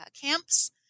camps